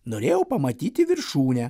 norėjau pamatyti viršūnę